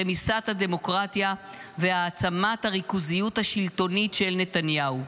רמיסת הדמוקרטיה והעצמת הריכוזיות השלטונית של נתניהו.